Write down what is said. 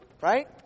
right